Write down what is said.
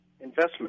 investment